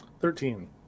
Thirteen